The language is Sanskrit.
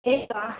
केक् वा